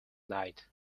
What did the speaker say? night